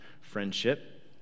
friendship